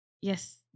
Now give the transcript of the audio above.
Yes